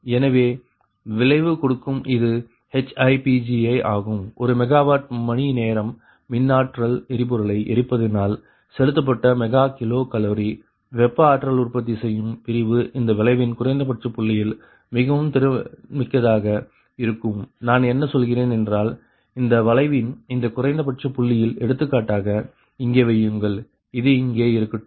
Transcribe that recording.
எனவே வளைவு கொடுக்கும் இது HiPgi ஆகும் ஒரு மெகாவாட் மணி நேரம் மின் ஆற்றல் எரிபொருளை எரிப்பதனால் செலுத்தப்பட்ட மெகா கிலோ கலோரி வெப்ப ஆற்றல் உற்பத்தி செய்யும் பிரிவு இந்த வளைவின் குறைந்தபட்ச புள்ளியில் மிகவும் திறன்மிக்கதாக இருக்கும் நான் என்ன சொல்கிறேன் என்றால் இந்த வளைவின் இந்த குறைந்தபட்ச புள்ளியில் எடுத்துக்காட்டாக இங்கே வையுங்கள் இது இங்கே இருக்கட்டும்